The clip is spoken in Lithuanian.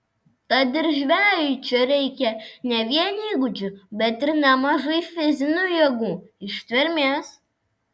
tad ir žvejui čia reikia ne vien įgūdžių bet ir nemažai fizinių jėgų ištvermės